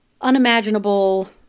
unimaginable